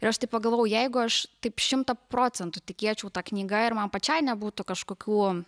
ir aš taip pagalvojau jeigu aš taip šimtą procentų tikėčiau ta knyga ir man pačiai nebūtų kažkokių